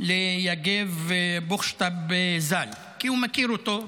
ליגב בוכשטב ז"ל, כי הוא מכיר אותו,